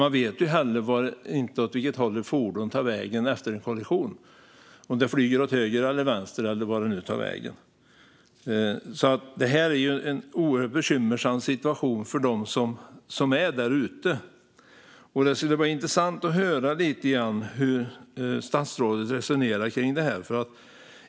Man vet inte heller åt vilket håll ett fordon tar vägen efter en kollision - om det flyger åt höger eller vänster, eller vart det nu tar vägen. Det är alltså en oerhört bekymmersam situation för dem som är där ute. Det skulle vara intressant att höra lite grann hur statsrådet resonerar kring detta.